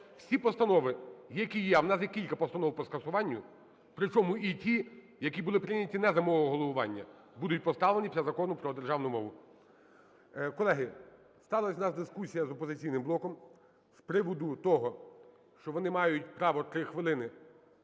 Всі постанови, які є, а в нас є кілька постанов по скасуванню, причому і ті, які були прийняті не за мого головування, будуть поставлені після Закону про державну мову. Колеги, сталась в нас дискусія з "Опозиційним блоком" з приводу того, що вони мають право 3 хвилини